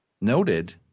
noted